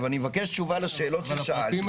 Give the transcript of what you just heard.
אבל אני מבקש תשובה לשאלות ששאלתי,